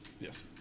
Yes